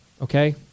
Okay